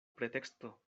preteksto